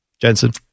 Jensen